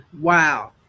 Wow